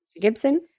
Gibson